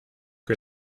que